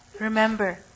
Remember